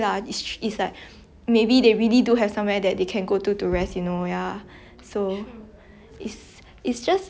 it's just I feel like drama is very like escapism you know like you got problems then you just watch them then you feel good but then after that